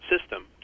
system